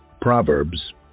Proverbs